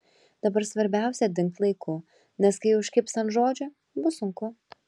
dabar svarbiausia dingt laiku nes kai užkibs ant žodžio bus sunku